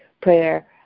prayer